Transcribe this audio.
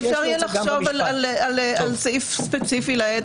אפשר יהיה לחשוב על סעיף ספציפי לעד.